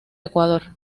ecuador